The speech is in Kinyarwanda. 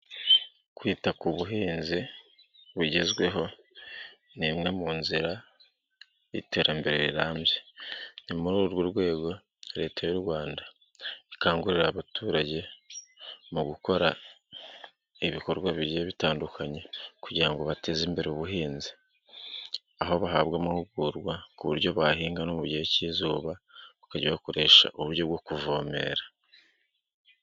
Kwita ku buhinzi bugezweho ni imwe mu nzira y'iterambere rirambye. Ni muri urwo rwego leta y'u Rwanda ikangurira abaturage mu gukora ibikorwa bigiye bitandukanye kugira ngo bateze imbere ubuhinzi, aho bahabwa amahugurwa ku buryo bahinga no mu gihe cy'izuba bakajya bakoresha uburyo bwo kuvomera.